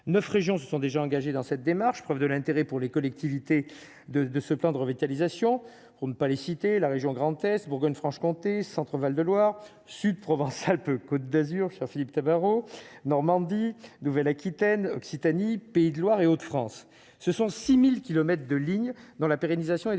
9 régions se sont déjà engagés dans cette démarche, preuve de l'intérêt pour les collectivités de de ce plan de revitalisation pour ne pas les citer la région Grand-Est Bourgogne-Franche-Comté, Centre-Val-de-Loire Sud Provence Alpes Côte-d Azur cher Philippe Tabarot Normandie Nouvelle-Aquitaine Occitanie Pays de Loire et France, ce sont 6000 kilomètres de lignes dans la pérennisation et désormais